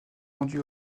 rendue